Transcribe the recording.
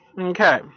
Okay